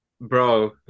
bro